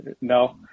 no